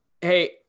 Hey